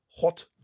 Hot